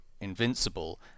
invincible